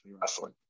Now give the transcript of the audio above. wrestling